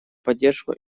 поддержку